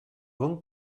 bon